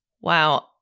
wow